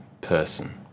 person